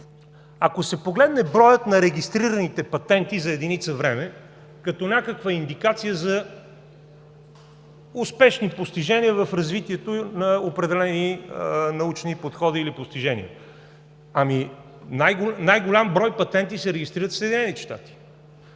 Ако се погледне броят на регистрираните патенти за единица време, като някаква индикация за успешни постижения в развитието на определени научни подходи или постижения, най-голям брой патенти се регистрират в Съединените щати.